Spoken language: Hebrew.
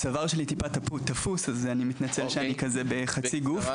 הצוואר שלי טיפה תפוס אז אני מתנצל על שאני בחצי גוף.